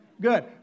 Good